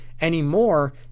Anymore